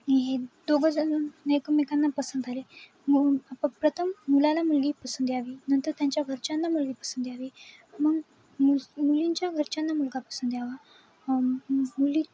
हे दोघंजण एकमेकांना पसंत आले मग प्रथम मुलाला मुलगी पसंत यावी नंतर त्यांच्या घरच्यांना मुलगी पसंत यावी मग मु मुलींच्या घरच्यांना मुलगा पसंत यावा मुली